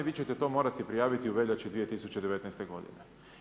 Vi ćete to morati prijaviti u veljači 2019. godine.